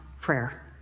prayer